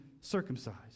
circumcised